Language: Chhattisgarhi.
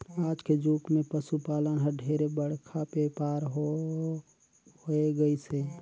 आज के जुग मे पसु पालन हर ढेरे बड़का बेपार हो होय गईस हे